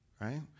Right